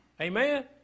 Amen